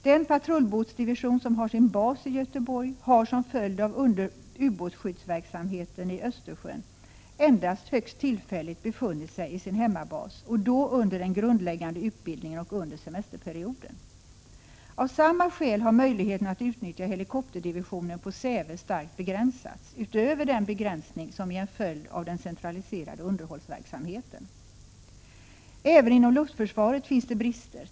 Den patrullbåtsdivision som har sin bas i Göteborg har som följd av ubåtsskyddsverksamheten i Östersjön endast högst tillfälligt befunnit sig i sin hemmabas och då under den grundläggande utbildningen och under semesterperioden. Av samma skäl har möjligheterna att utnyttja helikopterdivisionen på Säve starkt begränsats, utöver den begränsning som är en följd av den centraliserade underhållsverksamheten. Även inom luftförsvaret finns det brister.